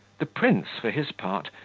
the prince, for his part,